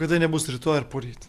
bet tai nebus rytoj ar poryt